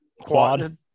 Quad